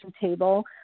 table